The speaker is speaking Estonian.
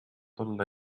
olla